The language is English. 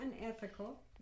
unethical